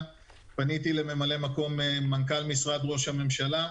פניתי לממלא מקום מנכ"ל משרד ראש הממשלה,